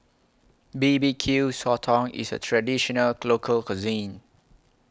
B B Q Sotong IS A Traditional Local Cuisine